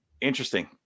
interesting